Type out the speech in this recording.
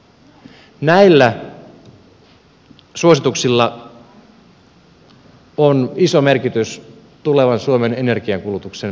näillä suosituksilla on iso merkitys tulevan suomen energiankulutuksen määrässä